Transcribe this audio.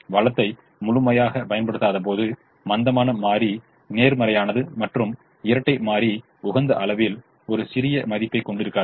வளத்தை முழுமையாகப் பயன்படுத்தாதபோது மந்தமான மாறி நேர்மறையானது மற்றும் இரட்டை மாறி உகந்த அளவில் ஒரு சிறிய மதிப்பைக் கொண்டிருக்காது